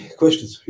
questions